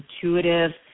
intuitive